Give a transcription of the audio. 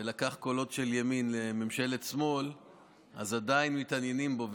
ולקח קולות של ימין לממשלת שלמה עדיין מתעניינים בו.